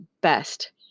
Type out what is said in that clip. best